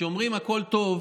כשאומרים "הכול טוב"